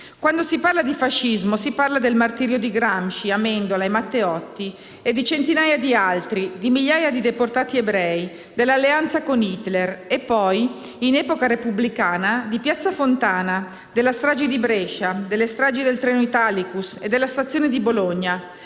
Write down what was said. Quando si parla dì fascismo, si parla del martirio di Gramsci, Amendola e Matteotti e di centinaia di altri, di migliaia di deportati ebrei, dell'alleanza con Hitler e poi, in epoca repubblicana, di piazza Fontana, della strage di Brescia, delle stragi del treno Italicus e della stazione di Bologna